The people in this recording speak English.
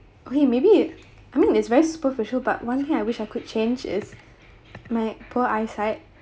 okay maybe I mean it's very superficial but one thing I wish I could change is my poor eyesight